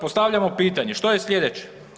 Postavljamo pitanje, što je sljedeće?